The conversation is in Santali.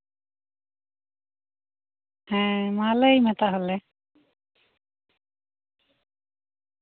ᱦᱮᱸ ᱢᱟ ᱞᱟᱹᱭ ᱢᱮ ᱛᱟᱞᱦᱮ